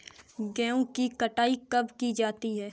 गेहूँ की कटाई कब की जाती है?